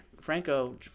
Franco